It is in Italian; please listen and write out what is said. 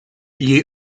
gli